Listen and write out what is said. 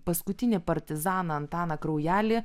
paskutinį partizaną antaną kraujelį